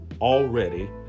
already